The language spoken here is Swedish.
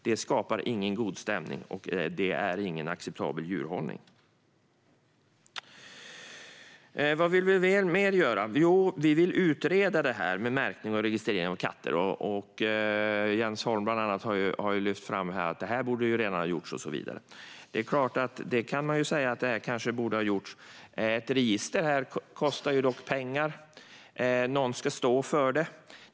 Det skapar ingen god stämning, och det är ingen acceptabel djurhållning. Vi vill också utreda frågan om märkning och registrering av katter. Bland andra Jens Holm har lyft fram att detta redan borde ha gjorts. Det är klart att man kan säga att det redan borde ha gjorts, men ett sådant register kostar pengar. Någon ska stå för det.